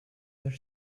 their